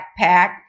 backpack